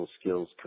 skills